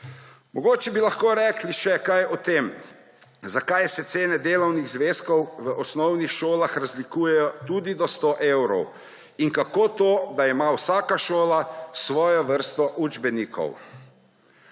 Mogoče bi lahko rekli še kaj o tem, zakaj se cene delovnih zvezkov v osnovnih šolah razlikujejo tudi do 100 evrov in kako to, da ima vsaka šola svojo vrsto učbenikov.